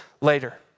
later